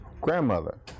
grandmother